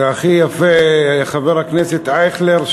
והכי יפה חבר הכנסת אייכלר,